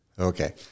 Okay